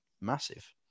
massive